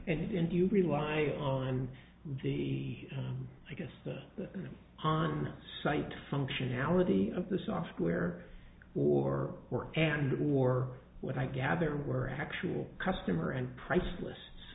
and you rely on the i guess the on site functionality of the software or work and or what i gather were actual customer and priceless